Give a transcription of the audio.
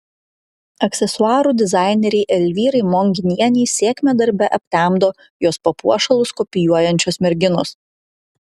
aksesuarų dizainerei elvyrai monginienei sėkmę darbe aptemdo jos papuošalus kopijuojančios merginos